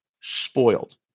spoiled